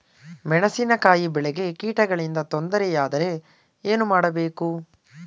ಮೆಣಸಿನಕಾಯಿ ಬೆಳೆಗೆ ಕೀಟಗಳಿಂದ ತೊಂದರೆ ಯಾದರೆ ಏನು ಮಾಡಬೇಕು?